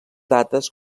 dates